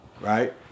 right